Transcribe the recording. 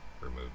Remove